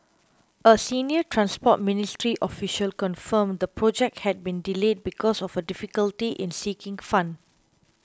a senior Transport Ministry official confirmed the project had been delayed because of a difficulty in seeking fund